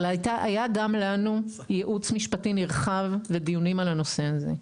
אבל היה גם לנו ייעוץ משפטי נרחב ודיונים על הנושא הזה.